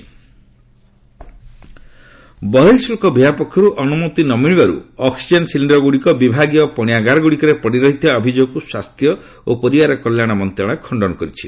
health oxygen ବହିଃଶୁଳ୍କ ବିଭାଗ ପକ୍ଷରୁ ଅନୁମତି ନ ମିଳିବାରୁ ଅକୁଜେନ ସିଲିଣ୍ଡରଗୁଡ଼ିକ ବିଭାଗୀୟ ପଣ୍ୟାଗାରଗୁଡ଼ିକରେ ପଡ଼ିରହିଥିବା ଅଭିଯୋଗକୁ ସ୍ୱାସ୍ଥ୍ୟ ଓ ପରିବାର କଲ୍ୟାଣ ମନ୍ତ୍ରଣାଳୟ ଖଣ୍ଡନ କରିଛି